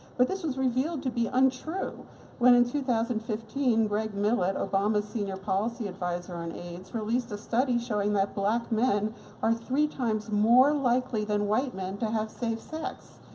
but this was revealed to be untrue when in two thousand and fifteen greg millett, obama's senior policy advisor on aids, released a study showing that black men are three times more likely than white men to have safe sex,